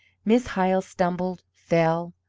miss hyle stumbled, fell,